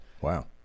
Wow